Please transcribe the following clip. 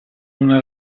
una